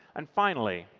and finally,